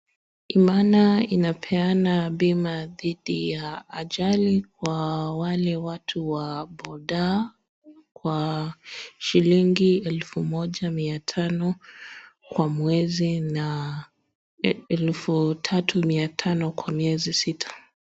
Imana inapeana bima dhidi ya ajali kwa wale watu wa boda boda kwa shilingi elsu moja mia tano kwa mwezi na elfu tatu mia tano kwa miezi sita.